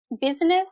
business